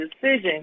decision